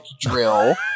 drill